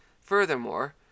Furthermore